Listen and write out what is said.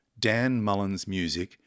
danmullinsmusic